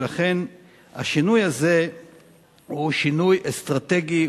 ולכן השינוי הזה הוא שינוי אסטרטגי,